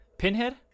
Pinhead